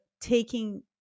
taking